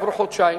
עברו חודשיים,